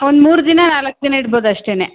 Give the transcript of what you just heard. ಒಂದು ಮೂರು ದಿನ ನಾಲ್ಕು ದಿನ ಇಡ್ಬೋದು ಅಷ್ಟೇ